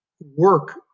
work